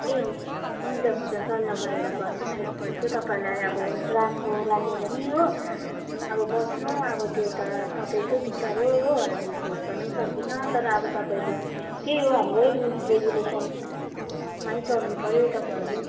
ए हुन्छ हुन्छ सल्लाह गरेर गर्नु न एकपल्ट तपाईँलाई अब राम्रो लाग्यो भने हो अब बस्नु त्यो त तपाईँकै विचार हो हो हामी फोर्स गर्न पनि सक्दिन तर अब तपाईँले त्यही हो हाम्रै रुल्स रेगुलेसनमै चल्नुपऱ्यो तपाईँहरू